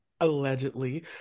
allegedly